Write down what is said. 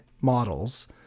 models